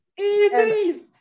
Easy